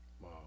Wow